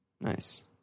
Nice